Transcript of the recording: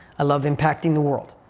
i love impacting the world.